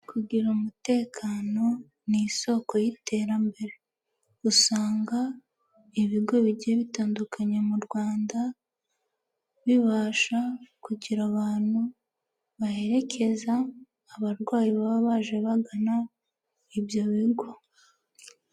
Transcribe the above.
Kugira umutekano ni isoko y'iterambere, usanga ibigo bigiye bitandukanye mu Rwanda, bibasha kugira abantu baherekeza abarwayi baba baje bagana ibyo bigo.